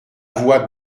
voix